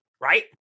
right